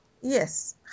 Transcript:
yes